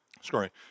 Sorry